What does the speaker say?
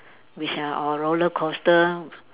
we shall or roller coaster